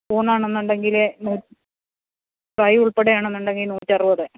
ഊണാണെന്നുണ്ടെങ്കില് നൂ ഫ്രൈ ഉൾപ്പടെ ആണെന്നുണ്ടങ്കിൽ നൂറ്ററുപത്